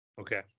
Okay